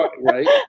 right